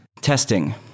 Testing